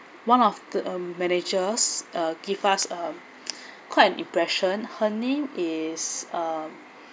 one of the um managers uh give us a quite an impression her name is uh